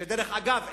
ודרך אגב,